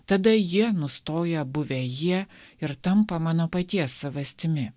tada jie nustoja buvę jie ir tampa mano paties savastimi